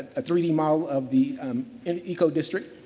a three d model of the and eco district.